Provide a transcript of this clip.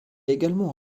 également